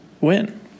win